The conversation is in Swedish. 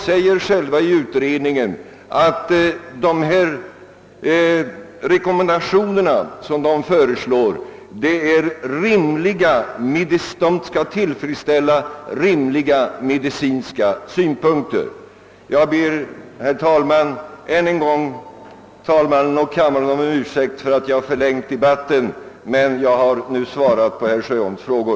I utredningens betänkande uttalas att de sålunda föreslagna rekommendationerna skall tillfredsställa rimliga medicinska krav. Jag ber än en gång herr talmannen och kammarens ledamöter om ursäkt för att jag förlängt debatten, men jag har nu besvarat herr Sjöholms frågor.